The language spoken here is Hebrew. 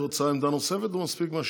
את רוצה עמדה נוספת או מספיק מה שאמרת?